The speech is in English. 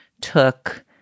took